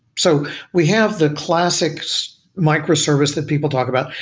so we have the classic so microservice that people talk about,